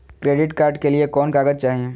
Credit card के लिए कौन कागज चाही?